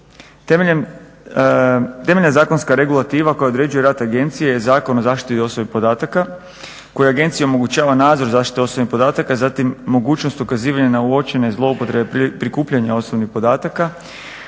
Temeljna zakonska regulativa koja određuje rad agencije je Zakon o zaštiti osobnih podataka koja agenciji omogućava nadzor zaštite osobnih podataka, zatim mogućnost ukazivanja na uočene zloupotrebe prikupljanja osobnih podataka,